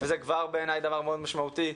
וזה כבר בעיניי דבר מאוד משמעותי.